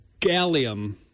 Gallium